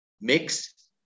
mix